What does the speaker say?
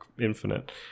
infinite